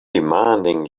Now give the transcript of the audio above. demanding